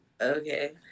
Okay